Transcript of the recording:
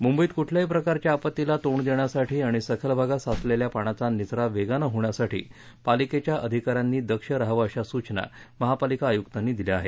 मुंबईत कुठल्याहीप्रकारच्या आपत्तीला तोंड देण्यासाठी आणि सखल भागात साचलेल्या पाण्याचा निचरा वेगानं होण्यासाठी पालिकेच्या अधिका यांनी दक्ष राहावं अशा सूचना महापालिका आयुकांनी दिल्या आहेत